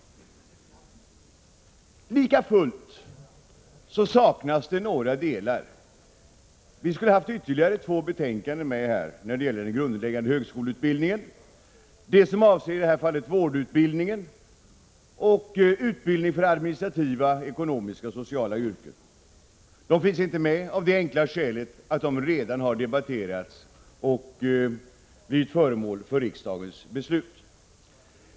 Likafullt saknas det några delar. Vi skulle ha haft ytterligare två betänkanden med när det gäller den grundläggande högskoleutbildningen, nämligen vårdutbildningen och utbildningen för administrativa, ekonomiska och sociala yrken. De finns inte med av det enkla skälet att de redan har debatterats och blivit föremål för riksdagens beslut.